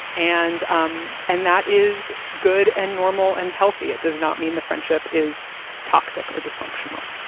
and um and that is good and normal and healthy. it does not mean the friendship is toxic or dysfunctional.